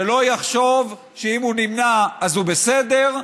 שלא יחשוב שאם הוא נמנע, אז הוא בסדר.